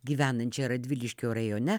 gyvenančią radviliškio rajone